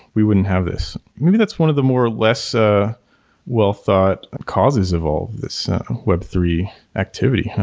we wouldn't have this. maybe that's one of the more less ah well thought causes of all this web three activity.